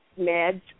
meds